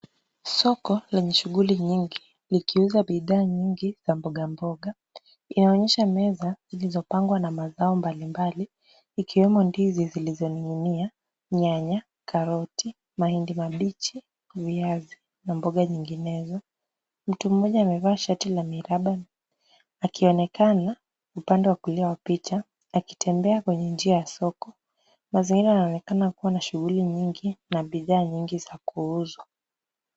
Soko lenye shughuli nyingi likiuza bidhaa nyingi za mboga mboga. Inaonyesha meza zilizopangwa na mazao mbalimbali, ikiwemo ndizi zilizoning'inia, nyanya, karoti, mahindi mabichi, viazi, na mboga nyinginezo. Mtu mmoja amevaa shati la miraba, akionekana upande wa kulia wa picha, akitembea kwenye njia ya soko. Mazingira yanaonekana kuwa na shughuli nyingi na bidhaa nyingi za kuuzwa.